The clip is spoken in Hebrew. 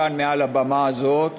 כאן מעל הבמה הזאת,